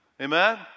Amen